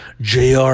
Jr